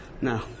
No